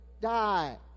die